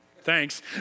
thanks